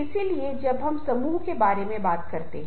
इसलिए वे मुद्दों पर आगे बढ़ सकते हैं